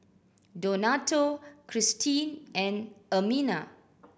Donato Christene and Ermina